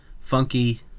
funky